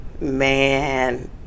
man